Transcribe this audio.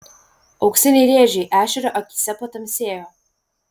auksiniai rėžiai ešerio akyse patamsėjo